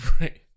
Right